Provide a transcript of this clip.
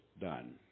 done